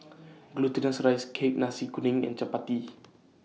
Glutinous Rice Cake Nasi Kuning and Chappati